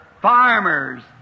farmers